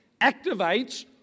activates